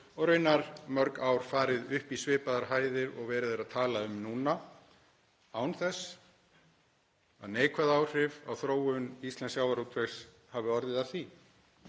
og raunar í mörg ár farið upp í svipaðar hæðir og verið er að tala um núna án þess að neikvæð áhrif á þróun íslensks sjávarútvegs hafi orðið af því.